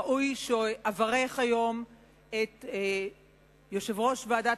ראוי שאברך היום את יושב-ראש ועדת